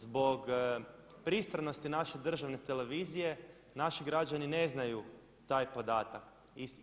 Zbog pristranosti naše državne televizije naši građani ne znaju taj podatak.